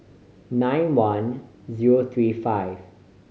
nine one zero three five